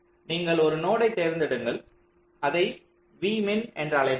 நீங்கள் ஒரு நோடை தேர்ந்தெடுங்கள் அதை v min என்று அழைப்போம்